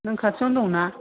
नों खाथियावनो दं ना